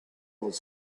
this